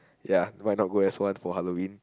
ya why not go as one for Halloween